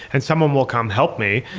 and someone will come help me.